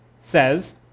says